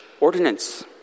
ordinance